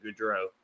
Goudreau